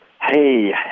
Hey